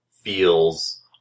feels